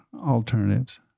alternatives